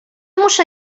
muszę